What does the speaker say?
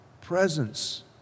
presence